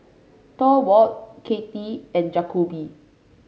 Thorwald Katy and Jakobe